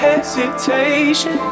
Hesitation